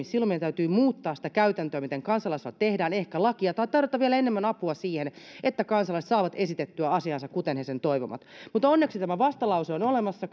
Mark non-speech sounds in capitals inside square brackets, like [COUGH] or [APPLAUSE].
[UNINTELLIGIBLE] silloin meidän täytyy muuttaa sitä käytäntöä miten kansalaisaloite tehdään ehkä muuttaa lakia tai tarjota vielä enemmän apua siihen että kansalaiset saavat esitettyä asiansa kuten he sen toivovat mutta onneksi tämä vastalause on olemassa [UNINTELLIGIBLE]